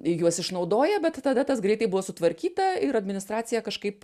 juos išnaudoja bet tada tas greitai buvo sutvarkyta ir administracija kažkaip